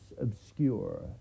obscure